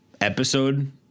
episode